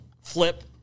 Flip